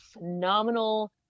phenomenal